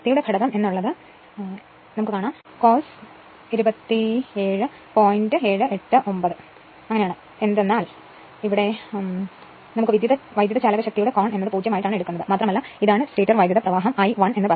89 എന്ന് ഉള്ളതിന്റെ കോസൈൻ ആയിരിക്കും എന്തുകൊണ്ടെന്നാൽ വിദ്യുതചാലകശക്തിയുടെ കോൺ എന്ന് ഉള്ളത് 0 ആയിട്ട് ആണ് എടുക്കുന്നത് മാത്രമല്ല ഇതാണ് സ്റ്റേറ്റർ വൈദ്യുതപ്രവാഹം I 1 എന്ന് പറയുന്നത്